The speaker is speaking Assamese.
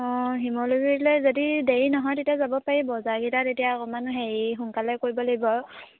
অঁ শিমলুগুৰিলৈ যদি দেৰি নহয় তেতিয়া যাব পাৰি বজাৰকেইটা তেতিয়া অকণমান হেৰি সোনকালে কৰিব লাগিব আৰু